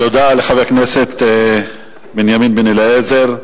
תודה לחבר הכנסת בנימין בן-אליעזר,